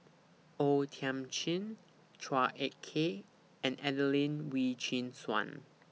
O Thiam Chin Chua Ek Kay and Adelene Wee Chin Suan